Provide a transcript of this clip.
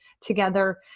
together